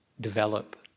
develop